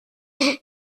damit